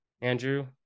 Andrew